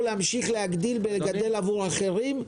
להמשיך להגדיל ולגדל עבור אחרים,